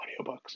audiobooks